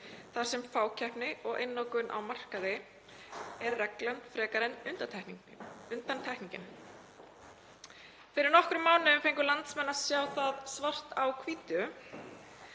þar sem fákeppni og einokun á markaði er reglan frekar en undantekningin. Fyrir nokkrum mánuðum fengu landsmenn að sjá það svart á hvítu